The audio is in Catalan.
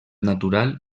natural